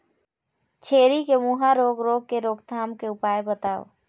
छेरी के मुहा रोग रोग के रोकथाम के उपाय बताव?